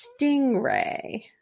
Stingray